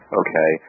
okay